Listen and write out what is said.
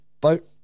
boat